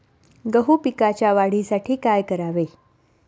गहू पिकाच्या वाढीसाठी काय करावे?